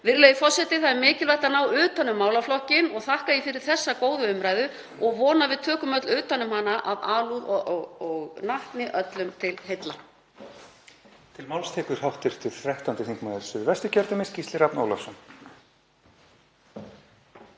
Virðulegi forseti. Það er mikilvægt að ná utan um málaflokkinn og þakka ég fyrir þessa góðu umræðu og vona að við tökum öll utan um hana af alúð og natni öllum til heilla.